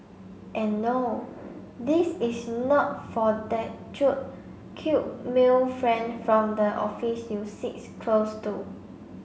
and no this is not for that cute male friend from the office you sits close to